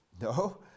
No